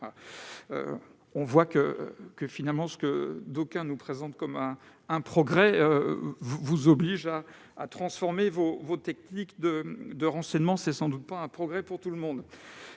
on constate que ce que d'aucuns nous présentent comme un progrès vous contraint à transformer vos techniques de renseignement. Ce n'est donc sans doute pas un progrès pour tout le monde